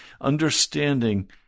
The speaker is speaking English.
understanding